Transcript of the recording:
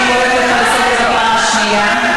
אני קוראת אותך לסדר בפעם השנייה.